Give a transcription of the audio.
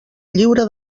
lliura